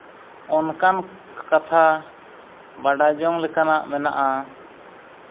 ᱚᱱᱠᱟᱱ ᱠᱟᱛᱷᱟ ᱵᱟᱰᱟᱭ ᱡᱚᱝ ᱞᱮᱠᱟᱱᱟᱜ ᱢᱮᱱᱟᱜᱼᱟ